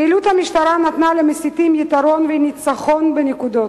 פעילות המשטרה נתנה למסיתים יתרון וניצחון בנקודות.